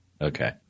Okay